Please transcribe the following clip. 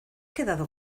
quedado